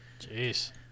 Jeez